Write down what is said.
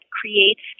creates